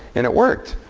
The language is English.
and it worked.